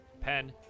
Pen